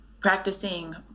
practicing